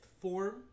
form